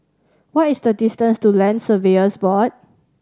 what is the distance to Land Surveyors Board